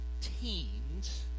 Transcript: teens